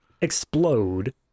explode